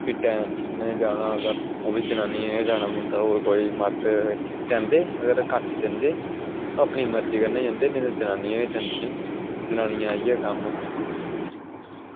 भिड्डां नै जाना होऐ ओह्बी चनैह्नी दा गै जाना पौंदा होर कोई मर्द जंदे पर घट्ट जंदे अपनी मर्ज़ी कन्नै जंदे नेईं तां जनानियां गै जंदियां जनानियां इयै कम्म होंदा